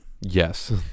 Yes